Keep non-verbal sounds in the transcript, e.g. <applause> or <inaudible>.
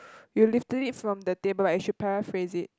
<breath> you lifted it from the table right you should paraphrase it